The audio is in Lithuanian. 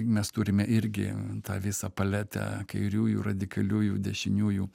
mes turime irgi tą visą paletę kairiųjų radikaliųjų dešiniųjų